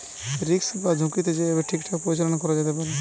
risk বা ঝুঁকিকে যেই ভাবে ঠিকঠাক পরিচালনা করা যেতে পারে